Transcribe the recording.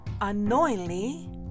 unknowingly